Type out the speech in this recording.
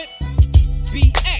BX